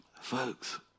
folks